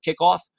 kickoff